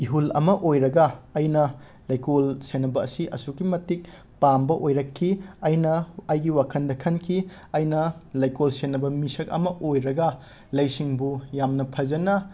ꯏꯍꯨꯜ ꯑꯃ ꯑꯣꯏꯔꯒ ꯑꯩꯅ ꯂꯩꯀꯣꯜ ꯁꯦꯟꯅꯕ ꯑꯁꯤ ꯑꯁꯨꯛꯀꯤ ꯃꯇꯤꯛ ꯄꯥꯝꯕ ꯑꯣꯏꯔꯛꯈꯤ ꯑꯩꯅ ꯑꯩꯒꯤ ꯋꯥꯈꯟꯗ ꯈꯟꯈꯤ ꯑꯩꯅ ꯂꯩꯀꯣꯜ ꯁꯦꯟꯅꯕ ꯃꯤꯁꯛ ꯑꯃ ꯑꯣꯏꯔꯒ ꯂꯩꯁꯤꯡꯕꯨ ꯌꯥꯝꯅ ꯐꯖꯟꯅ